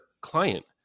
client